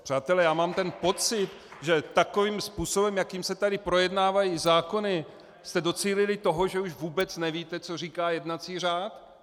Přátelé, já mám pocit, že takovým způsobem, jakým se tady projednávají zákony, jste docílili toho, že už vůbec nevíte, co říká jednací řád.